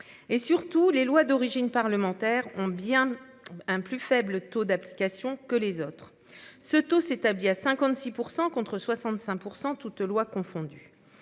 Et surtout les loi d'origine parlementaire ont bien. Un plus faible taux d'applications que les autres. Ce taux s'établit à 56% contre 65% toutes lois confondues.